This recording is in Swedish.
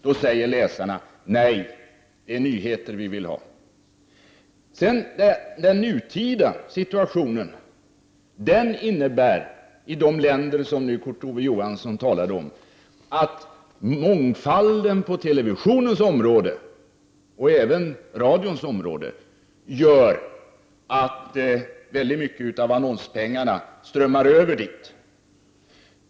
Då säger läsarna: Nej, det är nyheter som vi vill ha. Situationen i nuläget i de länder som Kurt Ove Johansson talar om innebär att mångfalden på televisionens och även radions område gör att väldigt mycket av annonspengarna strömmar över till detta område.